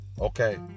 Okay